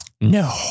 No